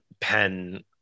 pen